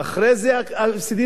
אחר כך, עוגמת הנפש.